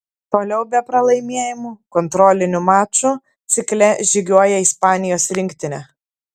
toliau be pralaimėjimų kontrolinių mačų cikle žygiuoja ispanijos rinktinė